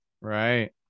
right